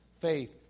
faith